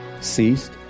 ceased